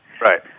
Right